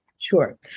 Sure